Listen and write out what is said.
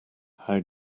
how